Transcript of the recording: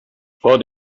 vor